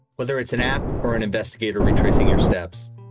whether it's an app or an investigator retracing your steps,